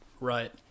Right